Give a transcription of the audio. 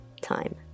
time